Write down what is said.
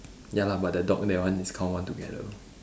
ya lah but the dog that one is count one together